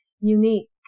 unique